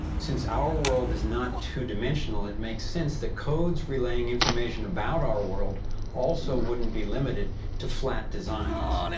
since our world is not two-dimensional, it makes sense the codes relaying information about our world also wouldn't be limited to flat designs.